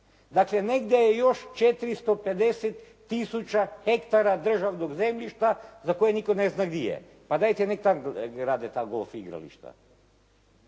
Dakle, negdje je još 450 tisuća hektara državnog zemljišta za koje nitko ne zna gdje je. Pa dajte neka tamo grade ta golf igrališta.